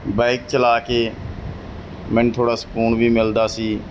bike ਚਲਾ ਕੇ ਮੈਨੂੰ ਥੋੜ੍ਹਾ ਸਕੂਨ ਵੀ ਮਿਲਦਾ ਸੀ